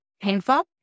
painful